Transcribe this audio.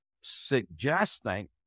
suggesting